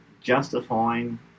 justifying